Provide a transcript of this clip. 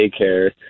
daycare